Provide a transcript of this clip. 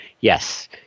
yes